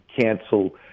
cancel